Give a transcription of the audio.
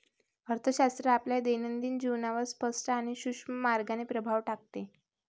अर्थशास्त्र आपल्या दैनंदिन जीवनावर स्पष्ट आणि सूक्ष्म मार्गाने प्रभाव टाकते